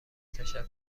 تشکر